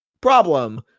problem